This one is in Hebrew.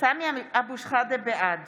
בעד